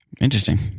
Interesting